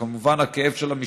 וכמובן הכאב של כל